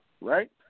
Right